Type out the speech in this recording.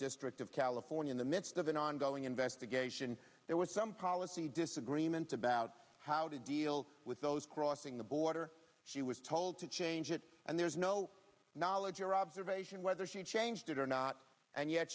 district of california in the midst of an ongoing investigation there was some policy disagreements about how to deal with those crossing the border she was told to change it and there's no knowledge or observation whether she changed it or not and yet